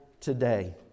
today